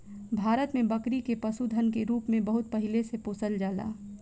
भारत में बकरी के पशुधन के रूप में बहुत पहिले से पोसल जाला